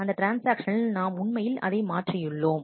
அந்த ட்ரான்ஸ்ஆக்ஷனில் நாம் உண்மையில் அதை மாற்றியுள்ளோம்